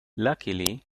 luckily